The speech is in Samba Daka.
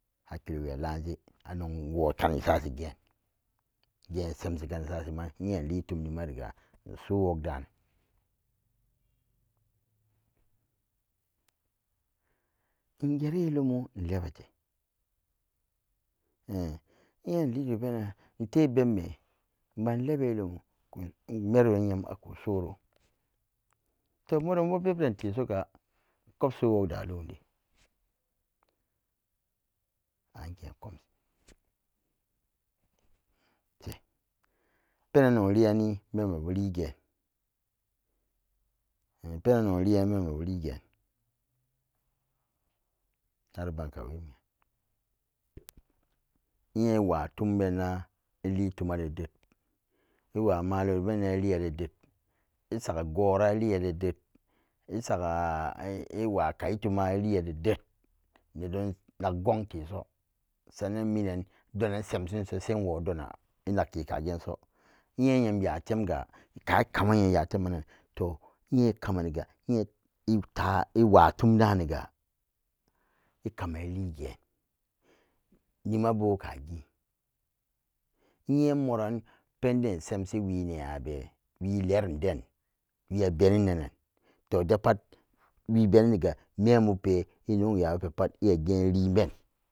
Hakkilo we alaje nok nwo kani sashi gen, gen semsi kani sasuman nye inli tum nimariga nso wok'dan, in gere lumo in lebbete ehn inye inliribena inte bebme inban lebbe lumo kun-meriron yam aku soro ton modonbo bebden teso ga nkupso wok da londe um penen nok lieni memmebu ligen um-penen nok lien memmebu ligen har ba'anka wemiyan. Nye iwa tumbena ilitum aje ded iwa maroribena ilieje ded isagi gwora ilieje-ded isaga, iwakailuma ilieje ded nedonnag-gong teso saranan minan donan semsumso sai nwo donan nnak-ke kagenso nye yam ya temga kan-ikam- an yam ya teman to nye ikamaniganye ita-iwatumda niga ikaman iliegen nima bo kagi nye moran penden semsi we neyabe we lerum den we'a beninanan to depat we beniniga membupe pnong yabebu pe pat iya gen lien been.